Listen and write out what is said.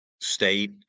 state